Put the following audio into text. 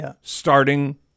starting